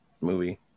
movie